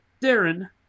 Darren